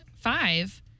five